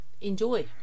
Enjoy